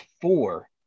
four